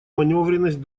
манёвренность